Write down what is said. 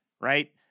right